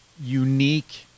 unique